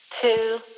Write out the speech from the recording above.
two